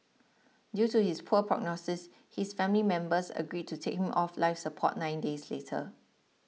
due to his poor prognosis his family members agreed to take him off life support nine days later